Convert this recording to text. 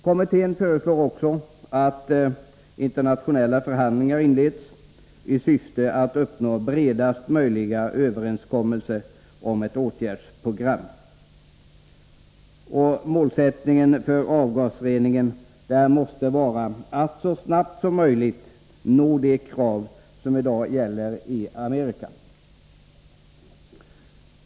Kommittén föreslår också att internationella förhandlingar inleds i syfte att uppnå bredaste möjliga överenskommelse om ett åtgärdsprogram. Målet för avgasreningen måste vara att så snabbt som möjligt nå de krav som i dag gäller i Amerika.